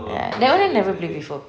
ya that [one] never play before